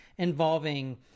Involving